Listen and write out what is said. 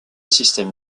système